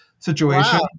Situation